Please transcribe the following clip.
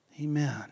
Amen